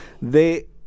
de